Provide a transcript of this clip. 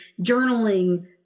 journaling